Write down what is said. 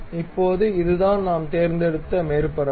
இப்போது இதுதான் நாம் தேர்ந்தெடுத்த மேற்பரப்பு